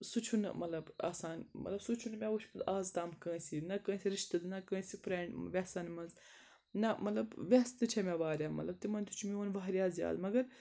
سُہ چھُنہٕ مطلب آسان ملب سُہ چھُنہٕ مےٚ وٕچھمُت آز تام کٲنٛسہِ نہ کٲنٛسہِ رِشتہٕ نہ کٲنٛسہِ فرٮ۪نٛڈ وٮ۪سَن منٛز نہ مطلب وٮ۪سہٕ تہِ چھےٚ مےٚ وارِیاہ مطلب تِمَن تہِ چھُ میون وارِیاہ زیادٕ مگر